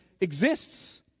exists